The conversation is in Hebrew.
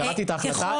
קראתי את ההחלטה.